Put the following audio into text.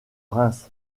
reims